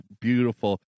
beautiful